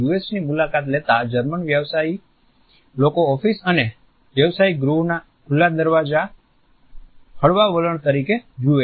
એસની મુલાકાત લેતા જર્મન વ્યવસાયિક લોકો ઓફિસ અને વ્યવસાયીક ગૃહોના ખુલ્લા દરવાજા હળવા વલણ તરીકે જુએ છે